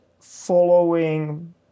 following